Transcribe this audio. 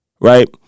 right